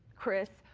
chris,